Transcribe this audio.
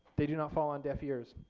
they do not fall on deaf ears.